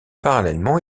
parallèlement